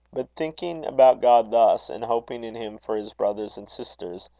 but thinking about god thus, and hoping in him for his brothers and sisters,